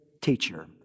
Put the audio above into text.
teacher